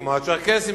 כמו הצ'רקסים,